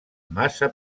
massa